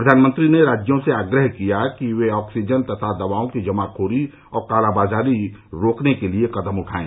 प्रधानमंत्री ने राज्यों से आग्रह किया कि वे ऑक्सीजन तथा दवाओं की जमाखोरी और कालाबाजारी रोकने के लिए कदम उठाएं